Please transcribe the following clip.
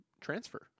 transfer